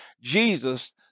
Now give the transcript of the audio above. Jesus